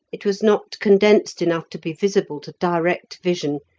it was not condensed enough to be visible to direct vision,